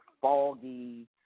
foggy